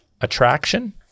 attraction